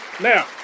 Now